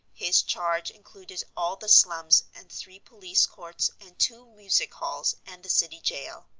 his charge included all the slums and three police courts and two music halls and the city jail.